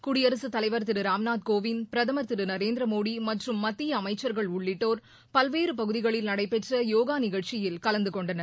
குடியரசுத் தலைவர் திரு ராம்நாத் கோவிந்த் பிரதமர் திரு நரேந்திரமோடி மற்றும் மத்திய அமைச்சர்கள் உள்ளிட்டோர் பல்வேறு பகுதிகளில் நடைபெற்ற யோகா நிகழ்ச்சியில் கலந்துகொண்டனர்